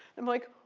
i'm like,